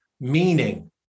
meaning